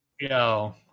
Yo